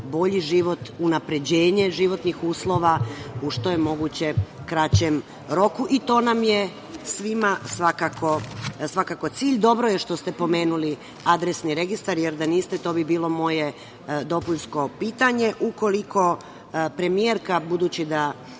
bolji život, unapređenje životnih uslova, u što je moguće kraćem roku i to nam je svima svakako cilj. Dobro je što ste pomenuli adresni registar, jer da niste to bi bilo moje dopunsko pitanje. Ukoliko premijerka, budući da